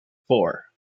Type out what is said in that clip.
four